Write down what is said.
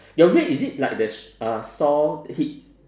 your red is it like the s~ uh saw hit